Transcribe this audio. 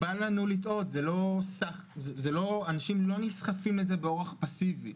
בל לנו לטעות, אנשים לא נסחפים לזה באורח פסיבי.